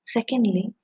Secondly